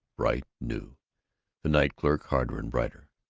bright, new the night clerk harder and brighter.